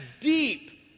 deep